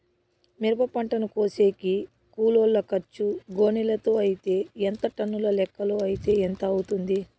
మిరప పంటను కోసేకి కూలోల్ల ఖర్చు గోనెలతో అయితే ఎంత టన్నుల లెక్కలో అయితే ఎంత అవుతుంది?